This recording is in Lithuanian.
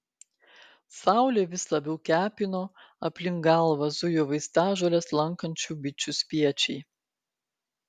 saulė vis labiau kepino aplink galvą zujo vaistažoles lankančių bičių spiečiai